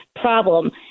problem